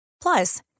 Plus